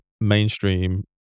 mainstream